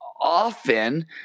often